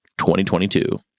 2022